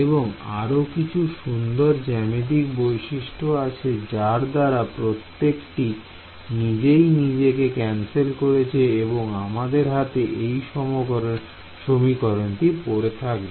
এবং আরো কিছু সুন্দর জ্যামিতিক বৈশিষ্ট্য আছে যার দ্বারা প্রত্যেকটি নিজেই নিজেকে ক্যানসেল করছে এবং আমাদের হাতে এই সমীকরণটি পড়ে থাকবে